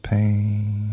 Pain